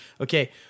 Okay